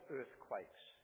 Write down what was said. earthquakes